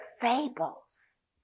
fables